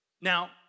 Now